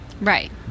Right